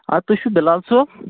آ تُہی چھُ بِلال صٲب